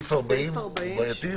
סעיף 40 הוא בעייתי?